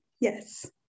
Yes